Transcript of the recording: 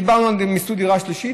דיברנו על מיסוי דירה שלישית,